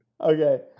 Okay